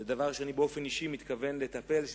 זה דבר שאני באופן אישי מתכוון לטפל בו